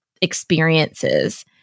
experiences